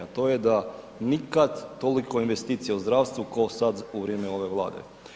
A to je da nikad toliko investicija u zdravstvu kao sad u vrijeme ove Vlade.